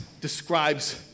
describes